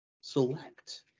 select